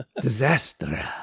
Disaster